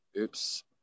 Oops